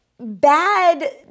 bad